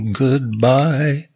goodbye